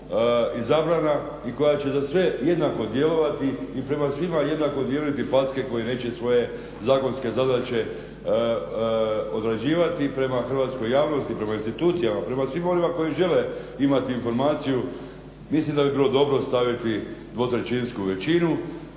i zabrana i koja će za sve jednako djelovati i prema svima jednako dijeliti packe koji neće svoje zakonske zadaće odrađivati prema hrvatskoj javnosti, prema institucijama, prema svima onima koji žele imati informaciju, mislim da bi bilo dobro staviti dvotrećinsku većinu,